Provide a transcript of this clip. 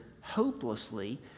hopelessly